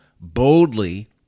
boldly